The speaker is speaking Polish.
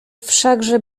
wszakże